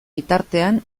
bitartean